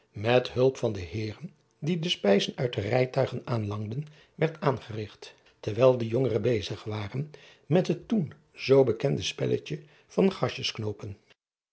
met hulp van de eeren die de spijzen uit de rijtuigen aanlangden werd aangerigt terwijl de jongere bezig waren met het toen zoo bekende spelletje van grasjes knoopen